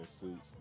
suits